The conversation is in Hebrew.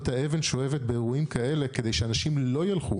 להיות אבן שואבת באירועים כאלה כדי שאנשים לא ילכו